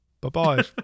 bye-bye